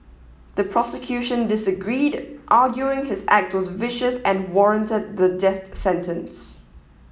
the prosecution disagreed arguing his act was vicious and warranted the death sentence